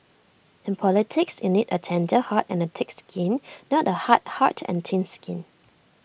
in politics you need A tender heart and A thick skin not A hard heart and thin skin